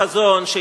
לדעת, חברים, באמת.